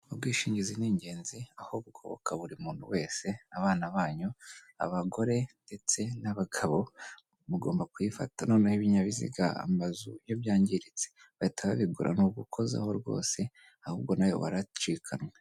Ubwishingizi ni ingenzi aho bugoboka buri muntu wese abana banyu ,abagore ndetse n'abagabo mugomba kuyifata, noneho ibinyabiziga amazu iyo byangiritse bahita babigura ni ugukozaho rwose ahubwo nawe waracikanwe.